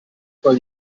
con